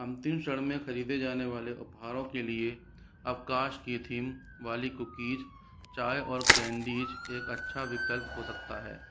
अंतिम क्षण में खरीदे जाने वाले उपहारों के लिए अवकाश की थीम वाली कुकीज चाय और कैंडीज एक अच्छा विकल्प हो सकता है